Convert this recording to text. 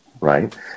right